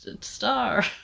star